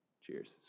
Cheers